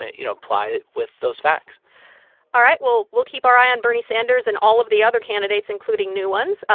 you know, ply with those facts all right. well, we'll keep our eye on bernie sanders and all of the other candidates, including new ones.